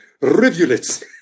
rivulets